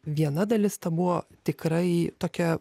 viena dalis ta buvo tikrai tokia